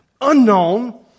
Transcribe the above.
unknown